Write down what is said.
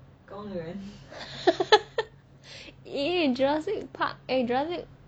!ee! jurassic park eh jurassic